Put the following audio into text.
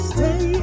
Stay